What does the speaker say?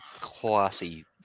classy